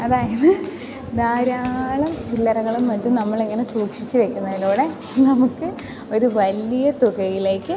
അതായത് ധാരാളം ചില്ലറകളും മറ്റും നമ്മളിങ്ങനെ സൂക്ഷിച്ചു വെക്കുന്നതിലൂടെ നമുക്ക് ഒരു വലിയ തുകയിലേക്ക്